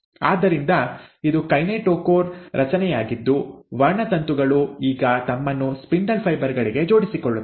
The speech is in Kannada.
ಆದ್ದರಿಂದ ಇದು ಕೈನೆಟೋಕೋರ್ ರಚನೆಯಾಗಿದ್ದು ವರ್ಣತಂತುಗಳು ಈಗ ತಮ್ಮನ್ನು ಸ್ಪಿಂಡಲ್ ಫೈಬರ್ ಗಳಿಗೆ ಜೋಡಿಸಿಕೊಳ್ಳತ್ತವೆ